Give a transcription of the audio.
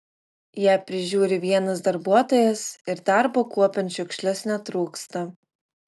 ją prižiūri vienas darbuotojas ir darbo kuopiant šiukšles netrūksta